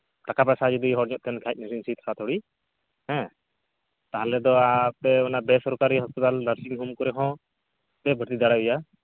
ᱴᱟᱠᱟ ᱯᱚᱭᱥᱟ ᱡᱩᱫᱤ ᱦᱚᱲ ᱠᱚ ᱛᱟᱦᱮᱱ ᱠᱷᱟᱡ ᱢᱮᱥᱟᱢᱤᱥᱤ ᱛᱷᱚᱲᱟ ᱛᱷᱚᱲᱤ ᱛᱟᱦᱚᱞᱮ ᱫᱚ ᱟᱯᱮ ᱚᱱᱟ ᱵᱮᱼᱥᱚᱨᱠᱟᱨᱤ ᱦᱚᱸᱥᱯᱤᱴᱟᱞ ᱱᱟᱨᱥᱤᱝ ᱦᱳᱢ ᱠᱚᱨᱮ ᱦᱚᱸ ᱯᱮ ᱵᱷᱩᱨᱛᱤ ᱫᱟᱲᱮᱣᱟᱭᱟ